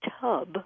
tub